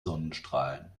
sonnenstrahlen